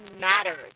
matters